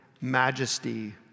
majesty